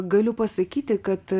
galiu pasakyti kad